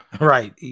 Right